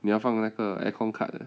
你要放那个 aircon card 的